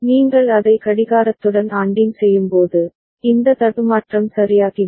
நீங்கள் அதை கடிகாரத்துடன் ஆண்டிங் செய்யும்போது இந்த தடுமாற்றம் சரியாகிவிடும்